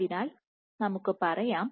അതിനാൽ നമുക്ക് പറയാം